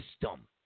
system